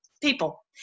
people